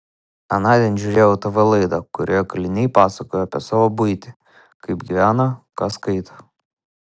anądien žiūrėjau tv laidą kurioje kaliniai pasakojo apie savo buitį kaip gyvena ką skaito